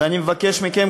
ואני מבקש מכם,